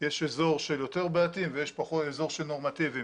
יש אזור של יותר בעייתיים ויש אזור של נורמטיביים,